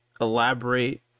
elaborate